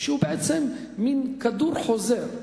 שהוא בעצם מין כדור חוזר.